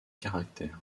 caractères